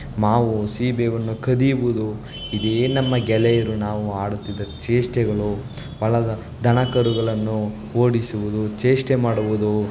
ಮಾವು ಸೀಬೆಯನ್ನು ಕದಿಯುವುದು ಇದೇ ನಮ್ಮ ಗೆಳೆಯರು ನಾವು ಆಡುತ್ತಿದ್ದ ಚೇಷ್ಟೆಗಳು ಹೊಲದ ದನಕರುಗಳನ್ನು ಓಡಿಸುವುದು ಚೇಷ್ಟೆ ಮಾಡುವುದು